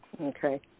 Okay